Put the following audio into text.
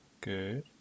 good